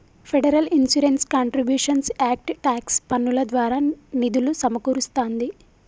federal insurance contributions act tax పన్నుల ద్వారా నిధులు సమకూరుస్తాంది